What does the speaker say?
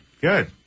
Good